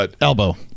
Elbow